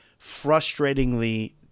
frustratingly